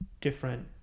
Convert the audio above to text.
different